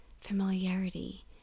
familiarity